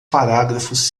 parágrafos